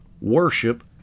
worship